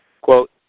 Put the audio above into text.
Quote